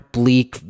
bleak